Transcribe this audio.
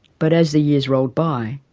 but as the years rolled by,